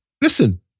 Listen